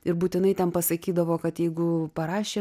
ir būtinai ten pasakydavo kad jeigu parašė